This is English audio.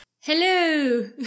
Hello